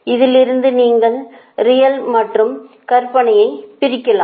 இதிலிருந்து நீங்கள் ரியல் மற்றும் கற்பனைப் பகுதியை பிரிக்கிறீர்கள்